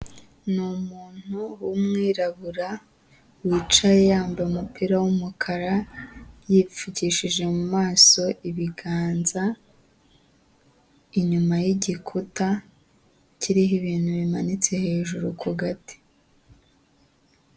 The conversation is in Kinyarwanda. Ni umuntu w'umwirabura wicaye yambaye umupira w'umukara, yipfukishije mu maso ibiganza, inyuma y'igikuta kiriho ibintu bimanitse hejuru ku gati.